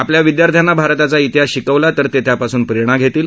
आपल्या विद्यार्थ्यांना भारताचा इतिहास शिकवल्यास ते त्यापासून प्रेरणा घेतील